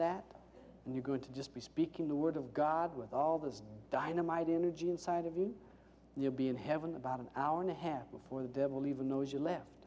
that and you're going to just be speaking the word of god with all this dynamite energy inside of you you'll be in heaven about an hour and a half before the devil even knows you left